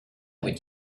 with